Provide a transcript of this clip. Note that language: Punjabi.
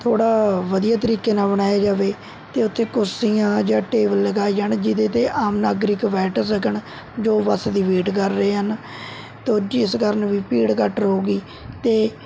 ਥੋੜ੍ਹਾ ਵਧੀਆ ਤਰੀਕੇ ਨਾਲ਼ ਬਣਾਇਆ ਜਾਵੇ ਅਤੇ ਉੱਥੇ ਕੁਰਸੀਆਂ ਜਾਂ ਟੇਬਲ ਲਗਾਏ ਜਾਣ ਜਿਹਦੇ 'ਤੇ ਆਮ ਨਾਗਰਿਕ ਬੈਠ ਸਕਣ ਜੋ ਬੱਸ ਦੀ ਵੇਟ ਕਰ ਰਹੇ ਹਨ ਤੋ ਜਿਸ ਕਾਰਨ ਵੀ ਭੀੜ ਘੱਟ ਰਹੂਗੀ ਅਤੇ